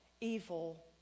evil